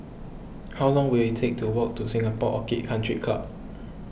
how long will it take to walk to Singapore Orchid Country Club